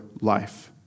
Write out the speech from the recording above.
life